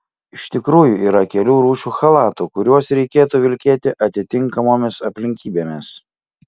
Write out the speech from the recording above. iš tikrųjų yra kelių rūšių chalatų kuriuos reikėtų vilkėti atitinkamomis aplinkybėmis